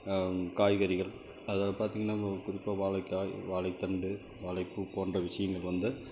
காய்கறிகள் அதில் பார்த்தீங்கன்னா இப்போது குறிப்பாக வாழைக்காய் வாழைதண்டு வாழைப்பூ போன்ற விஷயங்களுக்கு வந்து